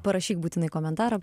parašyk būtinai komentarą